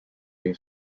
bem